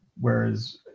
Whereas